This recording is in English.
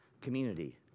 community